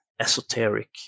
esoteric